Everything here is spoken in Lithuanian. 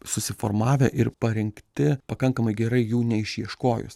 susiformavę ir parengti pakankamai gerai jų neišieškojus